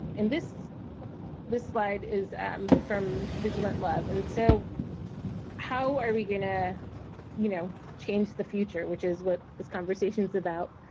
and this this slide is um from vigilant love and so how are we gonna you know change the future which is what this conversation is about